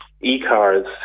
e-cars